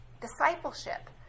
discipleship